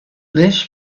less